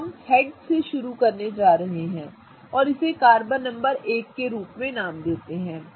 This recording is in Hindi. तो हम हेड से शुरू करने जा रहे हैं और इसे कार्बन नंबर 1 के रूप में नाम देते हैं